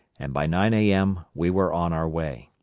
and by nine a m. we were on our way.